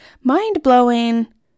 mind-blowing